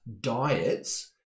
diets